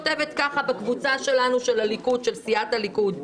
חברת הכנסת שאשא כותבת ככה בקבוצה שלנו של סיעת הליכוד: